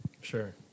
Sure